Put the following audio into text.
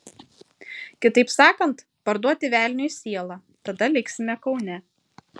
kitaip sakant parduoti velniui sielą tada liksime kaune